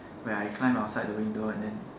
where I climb outside the window and then